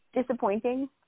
disappointing